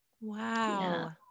wow